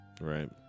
Right